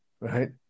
right